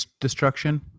destruction